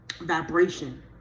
vibration